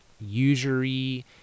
usury